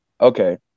Okay